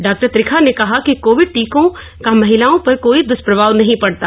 doctor Trikha ने कहा कि कोविड टीकों का महिलाओं पर कोई दुष्प्रभाव नहीं पड़ता